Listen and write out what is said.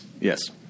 Yes